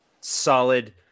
Solid